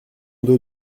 d’eau